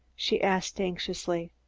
she asked anxiously.